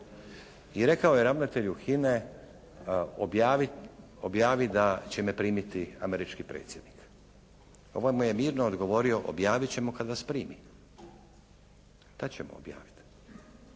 I rekao je ravnatelju HINA-e: «Objavi da će me primiti američki predsjednik». Ovaj mu je mirno odgovorio: «Objavit ćemo kad vas primi. Tad ćemo objaviti.»